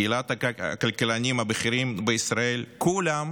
קהילת הכלכלנים הבכירים בישראל, כולם